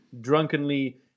drunkenly